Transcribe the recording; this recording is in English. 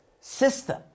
system